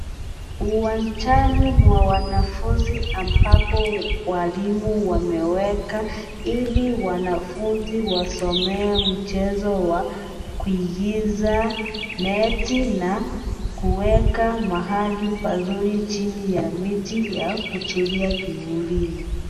Uwanjani mwa wanafunzi ambapo walimu wameweka ili wanafunzi wasomee mchezo wa kuigiza neti na kuweka mahali pazuri chini ya miti ya kutulia kivulini.